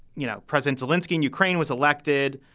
you know, president wolinsky in ukraine was elected.